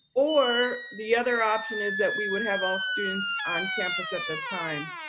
or the other option is that we would have all students on campus at the time.